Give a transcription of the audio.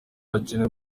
hakenewe